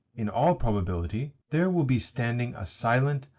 in all probability, there will be standing a silent,